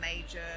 major